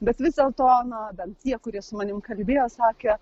bet vis dėlto na bent tie kurie su manim kalbėjo sakė